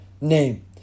name